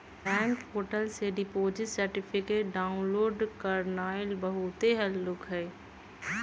bank portal से deposit certificate download करनाइ बहुते हल्लुक हइ